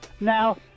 Now